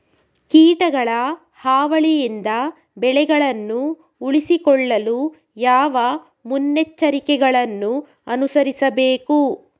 ಕೀಟಗಳ ಹಾವಳಿಯಿಂದ ಬೆಳೆಗಳನ್ನು ಉಳಿಸಿಕೊಳ್ಳಲು ಯಾವ ಮುನ್ನೆಚ್ಚರಿಕೆಗಳನ್ನು ಅನುಸರಿಸಬೇಕು?